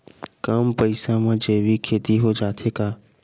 कम पईसा मा जैविक खेती हो जाथे का?